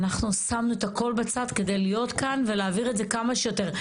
אנחנו שמנו את הכול בצד כדי להיות כאן ולהעביר את זה כמה שיותר.